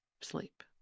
sleep